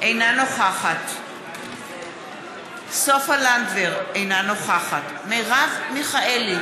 אינה נוכחת סופה לנדבר, אינה נוכחת מרב מיכאלי,